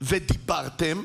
ודיברתם